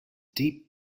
deep